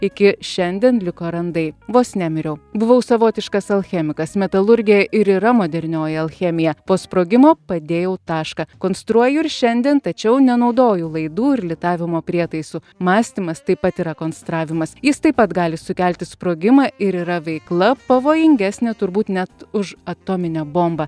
iki šiandien liko randai vos nemiriau buvau savotiškas alchemikas metalurgija ir yra modernioji alchemija po sprogimo padėjau tašką konstruoju ir šiandien tačiau nenaudoju laidų ir litavimo prietaisų mąstymas taip pat yra konstravimas jis taip pat gali sukelti sprogimą ir yra veikla pavojingesnė turbūt net už atominę bombą